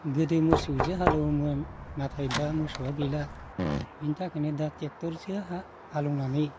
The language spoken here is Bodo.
गोदो मोसौजों हालेवोमोन नाथाय दा मोसौआ गैला बेनि थाखायनो दा ट्रेक्टरजों हालेवनानै